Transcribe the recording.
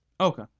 okay